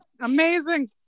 amazing